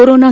corona